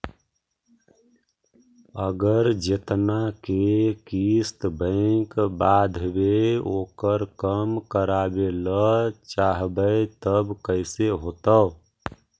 अगर जेतना के किस्त बैक बाँधबे ओकर कम करावे ल चाहबै तब कैसे होतै?